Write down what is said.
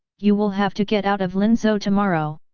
you will have to get out of linzhou tomorrow!